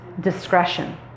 discretion